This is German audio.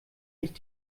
nicht